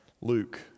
Luke